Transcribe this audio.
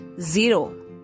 zero